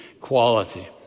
quality